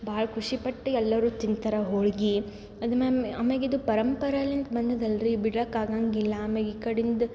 ಭಾಳ್ ಕುಷಿ ಪಟ್ಟು ಎಲ್ಲರು ತಿಂತಾರೆ ಹೋಳ್ಗೆ ಅದು ಮೆಮ್ ಆಮೇಲೆ ಇದು ಪರಂಪರೆಲಿಂದ್ ಬಂದದ್ದಲ್ರಿ ಬಿಡೋಕ್ ಆಗೋಂಗಿಲ್ಲ ಆಮೇಲೆ ಈ ಕಡಿಂದ